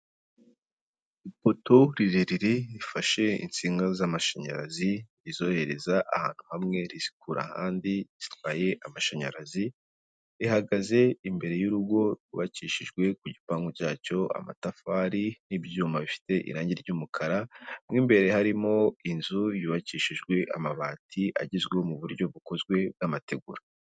Ipoto rirerire rifashe insinga z'amashanyarazi izohereza ahantu hamwe rizikura ahandi zitwaye amashanyarazi, rihagaze imbere y'urugo rwubakishijwe ku gipangu cyacyo amatafari n'ibyuma bifite irangi ry'umukara, mo imbere harimo inzu yubakishijwe amabati agezweho mu buryo bukozwe n'amategura.